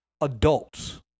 adults